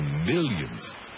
millions